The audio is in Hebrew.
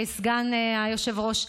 סגן היושב-ראש,